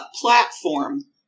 platform